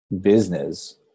business